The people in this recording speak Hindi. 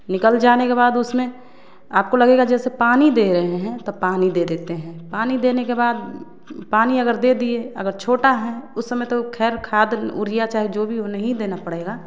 निकल जाने के बाद उसमें आपको लगेगा जैसे पानी दे रहे हैं तो पानी दे देते हैं पानी देने के बाद पानी अगर दे दिए अगर छोटा हैं उस समय तो खैर खाद उरिया चाहे जो भी हो नहीं देना पड़ेगा